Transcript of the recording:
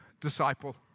disciple